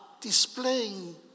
displaying